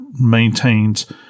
maintains